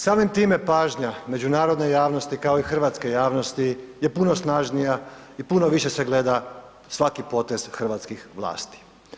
Samim time pažnja međunarodne javnosti kao i hrvatske javnosti je puno snažnija i puno više se gleda svaki potez hrvatskih vlasti.